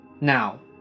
Now